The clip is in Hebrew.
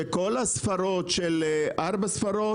שכל הספרות של ארבע או שלוש ספרות